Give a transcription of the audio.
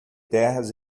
terras